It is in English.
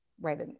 right